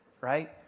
right